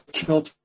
killed